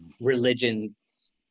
religions